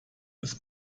bis